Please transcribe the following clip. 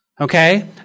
Okay